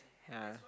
ah